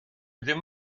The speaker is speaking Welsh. ddim